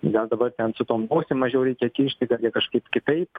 gal dabar ten su tom nosim mažiau reikia kišti gal jie kažkaip kitaip